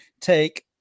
take